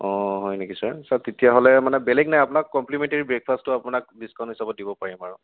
অঁ হয় নেকি ছাৰ ছাৰ তেতিয়াহ'লে মানে বেলেগ নাই আপোনাক কম্প্লিমেণ্টেৰি ব্ৰেকফাষ্টটো আপোনাক ডিচকাউণ্ট হিচাপত দিব পাৰিম আৰু